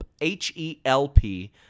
H-E-L-P